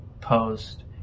post